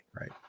Right